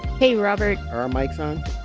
hey robert are our mics on